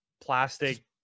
plastic